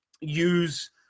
use